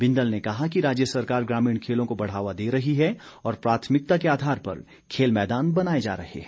बिंदल ने कहा कि राज्य सरकार ग्रामीण खेलों को बढ़ावा दे रही है और प्राथमिकता के आधार पर खेल मैदान बनाए जा रहे हैं